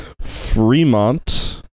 Fremont